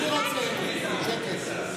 ביטחון לכולם.